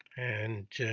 and,